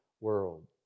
world